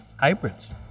hybrids